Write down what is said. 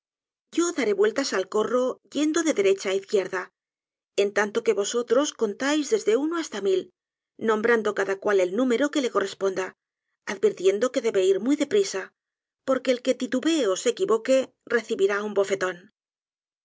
yo daré vueltas al corro yendo de derecha á izquierda en tanto que vosotros contais desde uno hasta mil nombrando cada cual el número que le corresponda advirtiendo que debe ir muy de prisa porque el que titubee ó se equivoque recibirá un bofetón